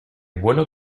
bueno